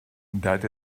that